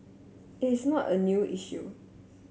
it is not a new issue